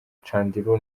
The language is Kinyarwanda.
chandiru